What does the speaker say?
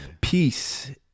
Peace